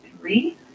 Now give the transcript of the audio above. three